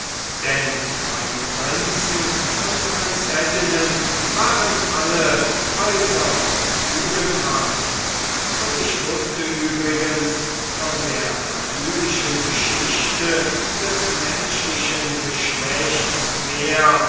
denn meine prinzen und prinzessinnen waren alle äußerst tugendhaft und ich wußte übrigens von der natürlichen geschichte des menschlichen geschlechts mehr